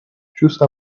chose